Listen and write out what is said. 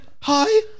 Hi